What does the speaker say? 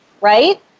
right